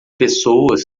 pessoas